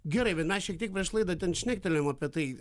gerai bet mes šiek tiek prieš laidą ten šnektelėjom apie tai